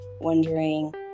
wondering